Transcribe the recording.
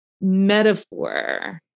metaphor